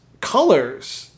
colors